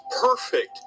perfect